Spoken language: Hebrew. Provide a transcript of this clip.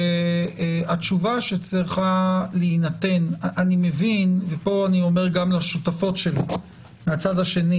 אני אומר גם לשותפות שלי מהצד השני